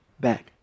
back